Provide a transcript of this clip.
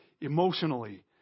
emotionally